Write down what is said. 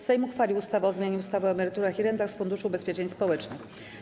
Sejm uchwalił ustawę o zmianie ustawy o emeryturach i rentach z Funduszu Ubezpieczeń Społecznych.